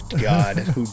God